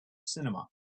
cinema